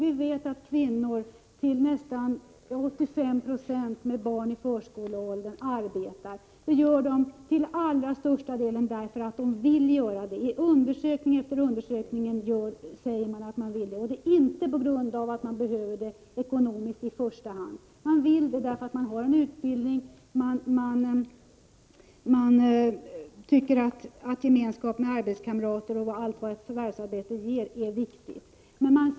Vi vet att nästan 85 20 av kvinnorna med barn i förskoleålder arbetar. De gör det främst därför att de vill arbeta. I undersökning efter undersökning säger de att de vill arbeta, men inte i första hand av ekonomiska skäl. Man vill arbeta därför att man har en utbildning, tycker att gemenskapen med arbetskamraterna och allt vad ett förvärvsarbete ger är någonting viktigt.